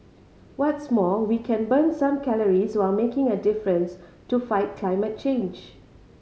what's more we can burn some calories while making a difference to fight climate change